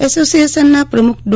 એસોસિયેશનના પ્રમુખ ડો